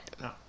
No